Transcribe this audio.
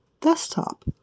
desktop